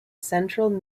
central